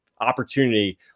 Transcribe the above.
opportunity